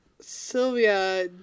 Sylvia